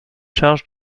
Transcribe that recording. charge